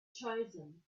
chosen